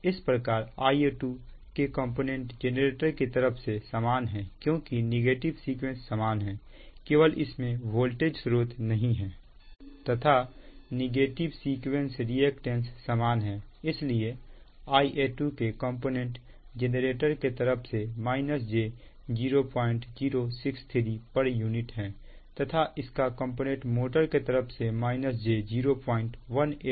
इसी प्रकार Ia2 के कॉम्पोनेंट जेनरेटर की तरफ से समान है क्योंकि नेगेटिव सीक्वेंस समान है केवल इसमें वोल्टेज स्रोत नहीं है तथा नेगेटिव सीक्वेंस रिएक्टेंस समान है इसलिए Ia2 के कॉम्पोनेंट जेनरेटर के तरफ से j0063pu है तथा इसका कंपोनेंट मोटर के तरफ से j0189है